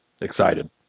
Excited